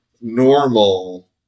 normal